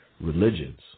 religions